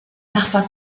parfois